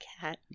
cat